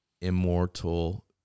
immortal